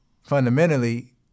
fundamentally